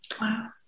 wow